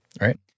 Right